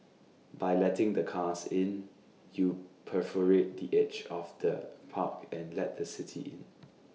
by letting the cars in you perforate the edge of the park and let the city in